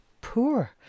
poor